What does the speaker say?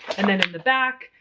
and then in the back,